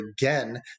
again